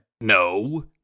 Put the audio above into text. No